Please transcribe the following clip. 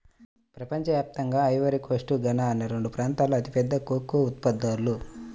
ప్రపంచ వ్యాప్తంగా Ivory Coast, Ghana అనే రెండు ప్రాంతాలూ అతిపెద్ద కోకో ఉత్పత్తిదారులు